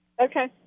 Okay